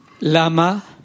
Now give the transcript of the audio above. Lama